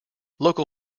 local